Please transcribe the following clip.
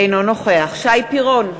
אינו נוכח שי פירון,